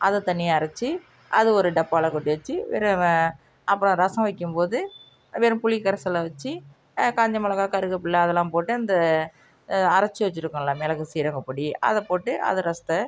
அதை தனியா அரச்சு அது ஒரு டப்பாவில் கொட்டி வச்சு அப்புறம் ரசம் வைக்கிம் போது வெறும் புளி கரைசலை வச்சு காய்ஞ்ச மிளகா கருவேப்புல்ல அதெலாம் போட்டு அந்த அரச்சு வச்சுருக்கோம்ல மிளகு சீரகப்பொடி அதை போட்டு அது ரசத்தை